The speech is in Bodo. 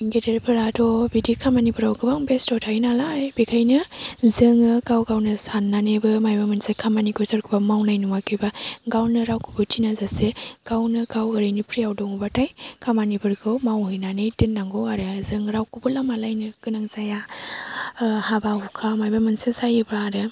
गेदेरफोराथ' बिदि खामानिफोराव गोबां बेस्थ' थायो नालाय बेखायनो जोङो गाव गावनो साननानैबो माबा मोनसे खामानिखौ सोरखौबा मावनाय नुवाखैबा गावनो रावबो थिना जासे गावनो गाव ओरैनो फ्रिआव दङबाथाय खामानिफोरखौ मावहैनानै दोननांगौ आरो जों रावखौबो लामा नायनो गोनां जाया हाबा हुखा माबा मोनसे जायोबा आरो